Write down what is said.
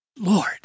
Lord